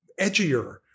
edgier